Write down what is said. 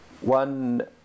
one